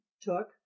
took